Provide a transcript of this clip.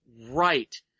right